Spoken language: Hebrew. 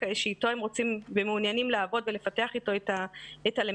שאיתו הם רוצים ומעוניינים לעבוד ולפתח איתו את הלמידה,